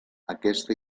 aquesta